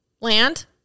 land